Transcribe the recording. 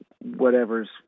whatever's